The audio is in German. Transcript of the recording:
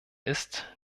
ist